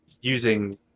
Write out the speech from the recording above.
using